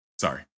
Sorry